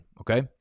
Okay